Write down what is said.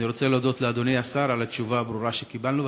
אני רוצה להודות לאדוני השר על התשובה הברורה שקיבלנו,